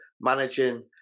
managing